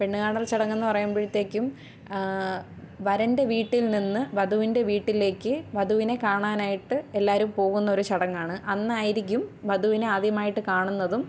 പെണ്ണുകാണൽ ചടങ്ങെന്ന് പറയുമ്പോഴത്തേക്കും വരൻ്റെ വീട്ടിൽ നിന്ന് വധുവിൻ്റെ വീട്ടിലേക്ക് വധുവിനെ കാണാനായിട്ട് എല്ലാവരും പോകുന്നൊരു ചടങ്ങാണ് അന്നായിരിക്കും വധുവിനെ ആദ്യമായിട്ട് കാണുന്നതും